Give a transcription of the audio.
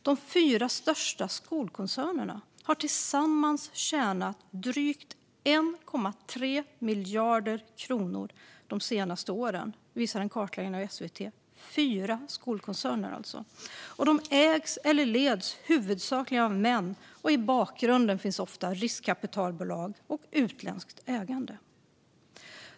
De fyra största skolkoncernerna har tillsammans tjänat drygt 1,3 miljarder kronor de senaste åren, visar en kartläggning av SVT. De ägs eller leds huvudsakligen av män, och i bakgrunden finns ofta riskkapitalbolag och utländskt ägande.